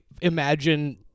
imagine